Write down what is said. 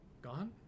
Gone